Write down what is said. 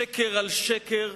שקר על שקר.